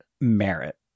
merit